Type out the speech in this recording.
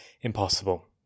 impossible